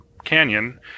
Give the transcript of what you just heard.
Canyon